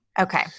okay